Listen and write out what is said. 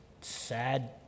sad